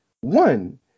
One